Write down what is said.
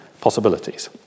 possibilities